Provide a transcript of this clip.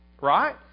Right